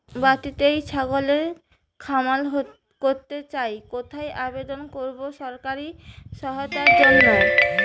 বাতিতেই ছাগলের খামার করতে চাই কোথায় আবেদন করব সরকারি সহায়তার জন্য?